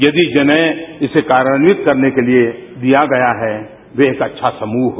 यदि जिन्हें इसे कार्यान्वित करने के लिए दिया गया है वो एक अच्छा समूह हो